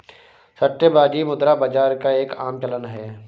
सट्टेबाजी मुद्रा बाजार का एक आम चलन है